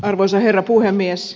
arvoisa herra puhemies